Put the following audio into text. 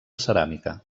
ceràmica